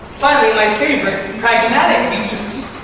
finally, my favorite, pragmatic features.